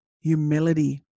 humility